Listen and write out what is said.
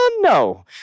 No